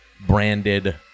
branded